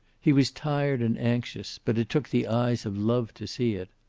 he was tired and anxious, but it took the eyes of love to see it.